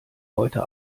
heute